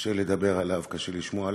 קשה לדבר עליו, קשה לשמוע עליו.